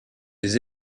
des